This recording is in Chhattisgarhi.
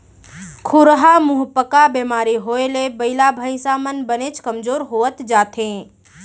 खुरहा मुहंपका बेमारी होए ले बइला भईंसा मन बनेच कमजोर होवत जाथें